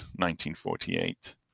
1948